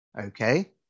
Okay